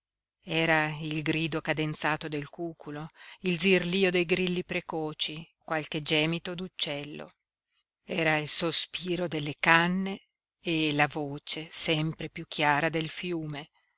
era il grido cadenzato del cuculo il zirlio dei grilli precoci qualche gemito d'uccello era il sospiro delle canne e la voce sempre piú chiara del fiume